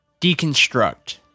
Deconstruct